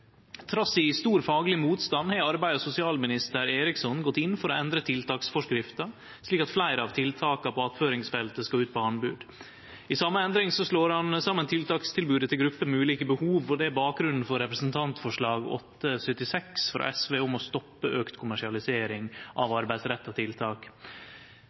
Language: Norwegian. Trass stor fagleg motstand har arbeids- og sosialminister Eriksson gått inn for å endre tiltaksforskrifta, slik at fleire av tiltaka på attføringsfeltet skal ut på anbod. I same endring slår han saman tiltakstilbodet til grupper med ulike behov, og det er bakgrunnen for representantforslaget Dokument 8:76 S for 2013–2014 frå SV, om å stoppe auka kommersialisering av arbeidsretta tiltak.